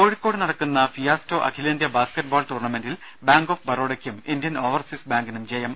രുര കോഴിക്കോട് നടക്കുന്ന ഫിയാസ്റ്റോ അഖിലേന്ത്യ ബാസ്ക്കറ്റ്ബാൾ ടൂർണമെന്റിൽ ബാങ്ക് ഓഫ് ബറോഡക്കും ഇന്ത്യൻ ഓവർസീസ് ബാങ്കിനും ജയം